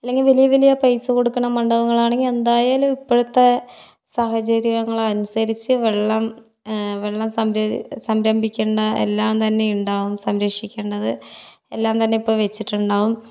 അല്ലെങ്കിൽ വലിയ വലിയ പൈസ കൊടുക്കുന്ന മണ്ഡപങ്ങളാണെങ്കിൽ എന്തായാലും ഇപ്പോഴത്തെ സാഹചര്യങ്ങളനുസരിച്ച് വെള്ളം വെള്ളം സംരെ സംരഭിക്കുന്ന എല്ലാം തന്നെയുണ്ടാകും സംരക്ഷിക്കേണ്ടത് എല്ലാം തന്നേ ഇപ്പം വെച്ചിട്ടുണ്ടാകും